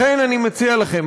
לכן אני מציע לכם,